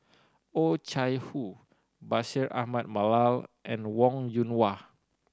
Oh Chai Hoo Bashir Ahmad Mallal and Wong Yoon Wah